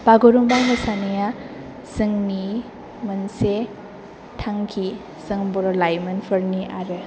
बागुरुमबा मोसानाया जोंनि मोनसे थांखि जों बर' लाइमोनफोरनि आरो